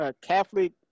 Catholic